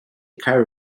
car